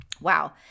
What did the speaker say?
Wow